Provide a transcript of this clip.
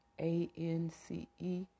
A-N-C-E